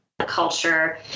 culture